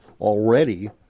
already